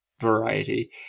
variety